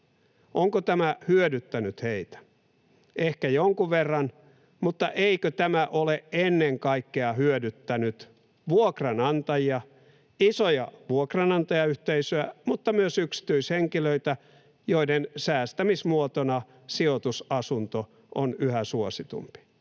Onko tämä hyödyttänyt heitä? Ehkä jonkun verran. Mutta eikö tämä ole hyödyttänyt ennen kaikkea vuokranantajia, isoja vuokranantajayhteisöjä, mutta myös yksityishenkilöitä, joiden säästämismuotona sijoitusasunto on yhä suositumpi?